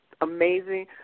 amazing